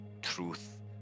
Truth